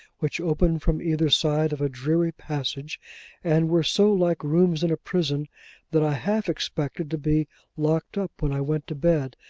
which opened from either side of a dreary passage and were so like rooms in a prison that i half expected to be locked up when i went to bed,